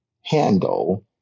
handle